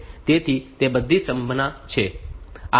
તેથી તે બધી સંભાવના છે